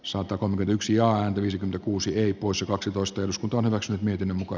sota on yksi ääntä viisi kuusi eri poissa kaksitoista jos kanavakset miten muka